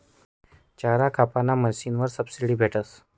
चारा कापाना मशीनवर सबशीडी भेटस